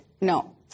No